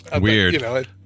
Weird